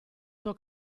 suo